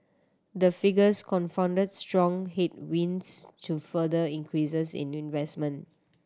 the figures confounded strong headwinds to further increases in investment